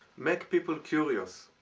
make people curious.